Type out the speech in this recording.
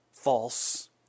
False